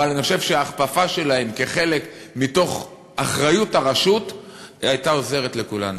אבל אני חושב שההכפפה שלהם כחלק מתוך אחריות הרשות הייתה עוזרת לכולנו.